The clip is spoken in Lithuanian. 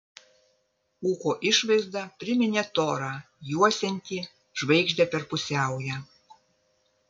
ūko išvaizda priminė torą juosiantį žvaigždę per pusiaują